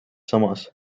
samas